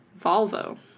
Volvo